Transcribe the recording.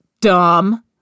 dumb